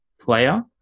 player